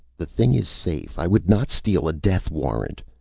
the thing is safe. i would not steal a death warrant!